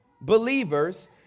believers